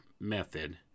method